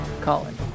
Colin